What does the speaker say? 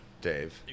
Dave